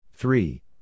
Three